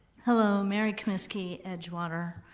hello, mary komisky, edgewater.